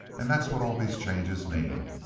and that's what all these changes mean.